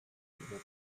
fancier